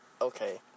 Okay